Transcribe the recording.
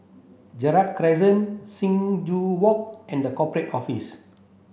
Gerald Crescent Sing Joo Walk and The Corporate Office